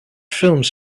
films